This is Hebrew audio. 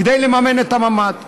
כדי לממן את הממ"ד.